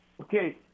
Okay